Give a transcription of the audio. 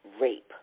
rape